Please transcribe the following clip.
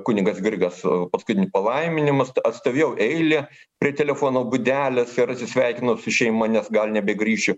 kunigas grigas paskutinį palaiminimus atstovėjau eilę prie telefono būdelės ir atsisveikinau su šeima nes gal nebegrįšiu